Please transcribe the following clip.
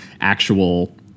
actual